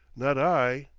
not i.